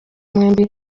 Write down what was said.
mwembi